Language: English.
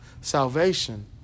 salvation